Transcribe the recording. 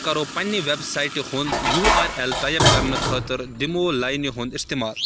پتہٕ کٔرو پننہِ ویب سایٹہِ ہُنٛد یوٗ آر ایل ٹایپ کرنہٕ خٲطرٕ دوٚیمہِ لٲنہِ ہُنٛد استعمال